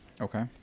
Okay